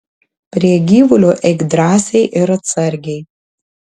prie gyvulio eik drąsiai ir atsargiai